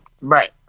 Right